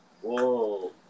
Whoa